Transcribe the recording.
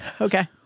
Okay